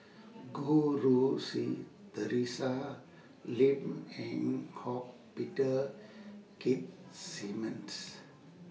Goh Rui Si Theresa Lim Eng Hock Peter Keith Simmons